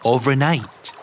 Overnight